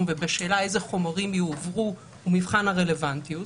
ובשאלה איזה חומרים יועברו הוא מבחן הרלוונטיות,